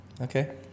Okay